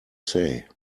say